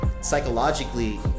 Psychologically